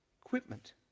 equipment